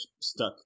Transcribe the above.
stuck